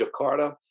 Jakarta